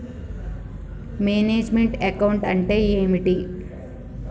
Manage meant account అంటే ఏమిటి?